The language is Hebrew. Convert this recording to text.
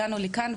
הגענו לכאן,